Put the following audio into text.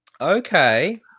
Okay